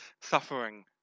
Suffering